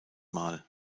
mal